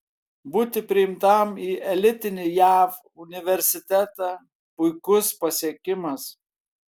būti priimtam į elitinį jav universitetą puikus pasiekimas